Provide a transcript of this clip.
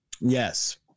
Yes